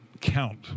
count